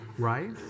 right